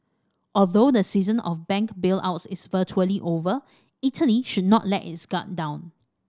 although the season of bank bailouts is virtually over Italy should not let its guard down